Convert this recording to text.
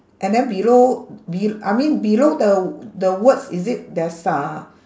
and then below be~ I mean below the the words is it there's are